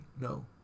no